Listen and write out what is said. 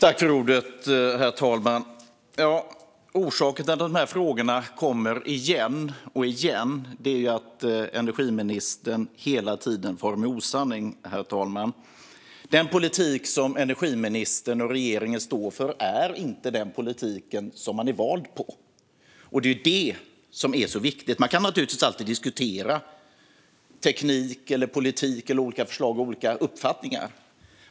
Herr talman! Orsaken till att de här frågorna kommer igen och igen är att energiministern hela tiden far med osanning. Den politik som energiministern och regeringen står för är inte politiken som man är vald på. Det är vad som är så viktigt. Man kan naturligtvis alltid diskutera teknik, politik, olika förslag eller olika uppfattningar.